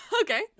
okay